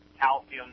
calcium